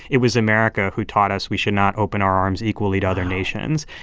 it was america who taught us we should not open our arms equally to other nations.